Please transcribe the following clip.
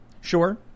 Sure